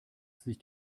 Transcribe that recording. sich